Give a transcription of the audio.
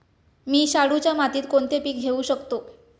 मी शाडूच्या मातीत कोणते पीक घेवू शकतो?